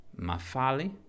Mafali